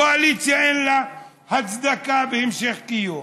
קואליציה שאין לה הצדקה והמשך קיום,